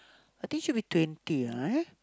I think should be twenty